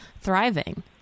thriving